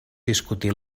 discutir